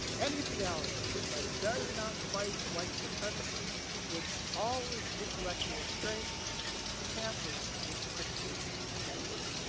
any theology that does not fight white supremacy with all its intellectual strength cancels its christian identity.